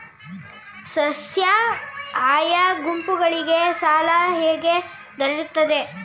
ಸ್ವಸಹಾಯ ಗುಂಪುಗಳಿಗೆ ಸಾಲ ಹೇಗೆ ದೊರೆಯುತ್ತದೆ?